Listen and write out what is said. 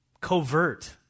covert